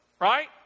right